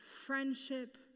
friendship